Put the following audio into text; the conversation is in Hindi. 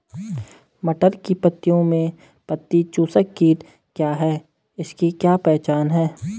मटर की पत्तियों में पत्ती चूसक कीट क्या है इसकी क्या पहचान है?